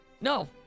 No